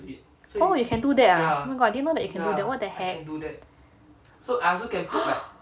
oh you can do that ah oh my god I didn't know that you can do that what the heck